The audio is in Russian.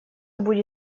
будет